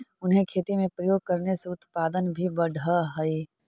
उन्हें खेती में प्रयोग करने से उत्पादन भी बढ़अ हई